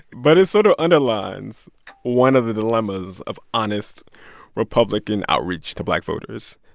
but it sort of underlines one of the dilemmas of honest republican outreach to black voters.